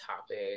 topic